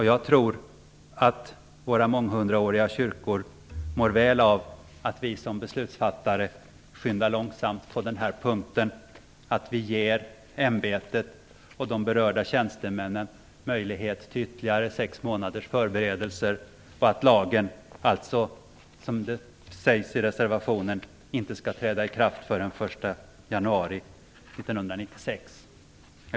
Jag tror att våra månghundraåriga kyrkor mår väl av att vi som beslutsfattare skyndar långsamt på den här punkten och ger ämbetet och berörda tjänstemän möjlighet till ytterligare sex månaders förberedelser - dvs. att lagen, som det sägs i reservationen, inte skall träda i kraft förrän den 1 januari 1996.